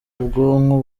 ubwonko